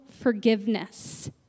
forgiveness